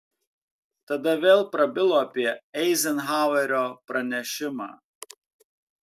tada vėl prabilo apie eizenhauerio pranešimą